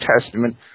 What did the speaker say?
Testament